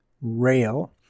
rail